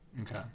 Okay